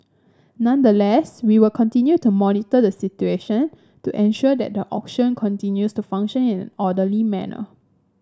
nonetheless we will continue to monitor the situation to ensure that the auction continues to function in orderly manner